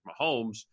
Mahomes